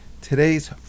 Today's